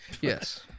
Yes